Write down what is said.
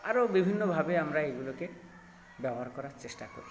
আরও বিভিন্নভাবে আমরা এইগুলোকে ব্যবহার করার চেষ্টা করি